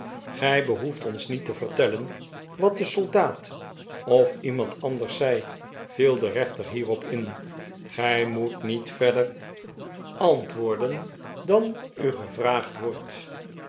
gij behoeft ons niet te vertellen wat de soldaat of iemand anders zei viel de rechter hierop in gij moet niet verder antwoorden dan u gevraagd wordt